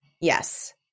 yes